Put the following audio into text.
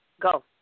go